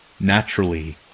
Naturally